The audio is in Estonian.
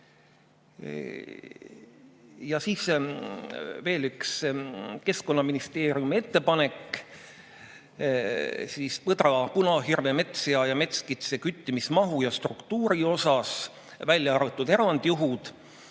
ka tehtud. Veel üks Keskkonnaministeeriumi ettepanek. Põdra, punahirve, metssea ja metskitse küttimise mahu ja struktuuri kohta, välja arvatud erandjuhud,